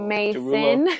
Mason